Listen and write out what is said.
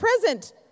present